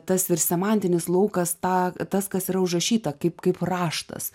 tas ir semantinis laukas tą tas kas yra užrašyta kaip kaip raštas